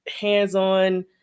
hands-on